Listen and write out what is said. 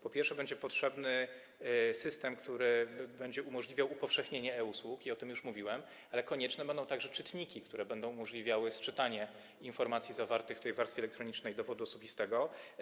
Po pierwsze, będzie potrzebny system, który będzie umożliwiał upowszechnienie e-usług, i o tym już mówiłem, ale konieczne będą także czytniki, które będą umożliwiały sczytywanie informacji zawartych w tej warstwie elektronicznej dowodu osobistego.